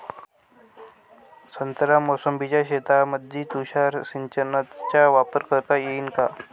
संत्रा मोसंबीच्या शेतामंदी तुषार सिंचनचा वापर करता येईन का?